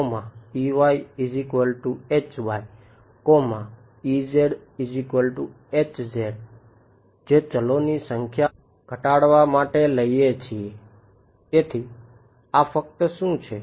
આપણે જે ચલોની સંખ્યા ઘટાડવા માટે લઈએ છીએ તેથી આ ફક્ત શું છે